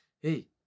hey